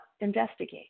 investigate